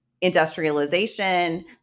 industrialization